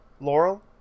Laurel